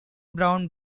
brown